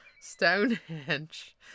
Stonehenge